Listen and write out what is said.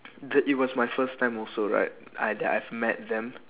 the it was my first time also right I that I've met them